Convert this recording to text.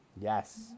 Yes